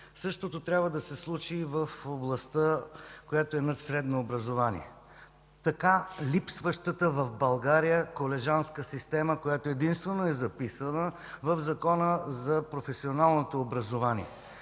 Същото трябва да се случи и в областта, която е над средното образование – така липсващата в България колежанска система, която единствено е записана в Закона за професионалното образование.